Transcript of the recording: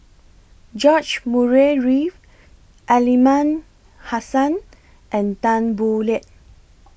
George Murray Reith Aliman Hassan and Tan Boo Liat